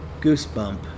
goosebump